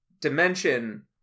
dimension